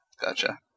Gotcha